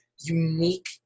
unique